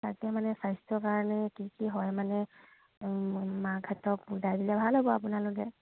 তাকে মানে স্বাস্থ্যৰ কাৰণে কি কি হয় মানে মাকহেঁতক বুজাই দিলে ভাল হ'ব আও আপোনালোকে